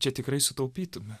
čia tikrai sutaupytume